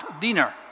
dinner